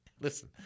listen